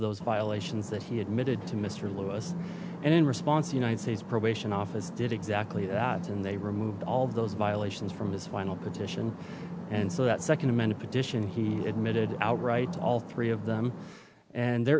those violations that he admitted to mr lewis and in response the united states probation office did exactly that and they removed all of those violations from his final petition and so that second amended petition he admitted outright all three of them and there